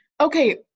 Okay